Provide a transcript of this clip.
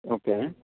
okay